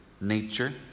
nature